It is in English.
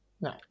No